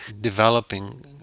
developing